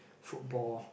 football